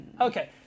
okay